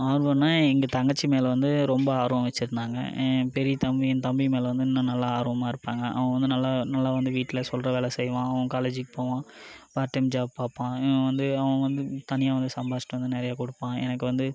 ஆர்வம்னால் எங்கள் தங்கச்சி மேலே வந்து ரொம்ப ஆர்வம் வெச்சிருந்தாங்க என் பெரிய தம்பி என் தம்பி மேல் வந்து இன்னும் நல்லா ஆர்வமாக இருப்பாங்க அவங்க வந்து நல்லா நல்லா வந்து வீட்டில் சொல்கிற வேலை செய்வான் அவன் காலேஜுக்கு போவான் பார்ட் டைம் ஜாப் பார்ப்பான் இவன் வந்து அவன் வந்து தனியாக வந்து சம்பாரித்துட்டு வந்து நிறையா கொடுப்பான் எனக்கு வந்து